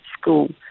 school